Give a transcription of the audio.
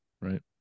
right